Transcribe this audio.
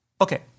Okay